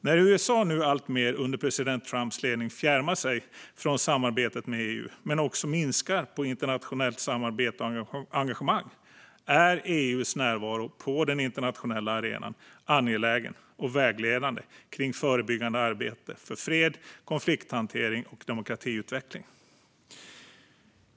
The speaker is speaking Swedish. När USA under president Trumps ledning alltmer fjärmar sig från samarbetet med EU och minskar sitt internationella samarbete och engagemang är EU:s närvaro på den internationella arenan angelägen och vägledande när det gäller förebyggande arbete för fred, konflikthantering och demokratiutveckling.